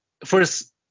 First